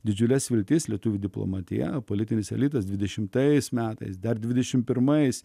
didžiules viltis lietuvių diplomatija politinis elitas dvidešimtais metais dar dvidešim pirmais